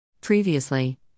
Previously